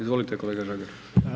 Izvolite kolega Žagar.